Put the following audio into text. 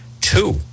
two